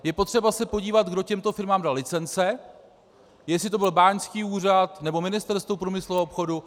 Je potřeba se podívat, kdo těmto firmám dal licence, jestli to byl báňský úřad nebo Ministerstvo průmyslu a obchodu.